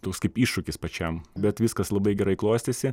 toks kaip iššūkis pačiam bet viskas labai gerai klostėsi